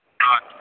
ᱦᱚᱭ